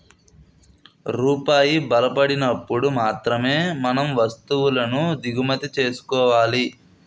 రూపాయి బలపడినప్పుడు మాత్రమే మనం వస్తువులను దిగుమతి చేసుకోవాలి